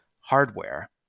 hardware